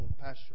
Pastor